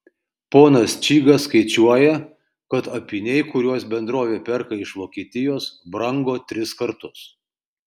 ponas čygas skaičiuoja kad apyniai kuriuos bendrovė perka iš vokietijos brango tris kartus